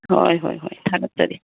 ꯍꯣꯏ ꯍꯣꯏ ꯍꯣꯏ ꯊꯥꯒꯠꯆꯔꯤ